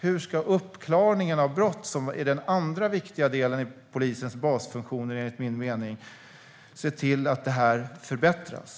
Hur ska man se till att uppklaringen av brott, som enligt min mening är den andra av polisens basfunktioner, förbättras?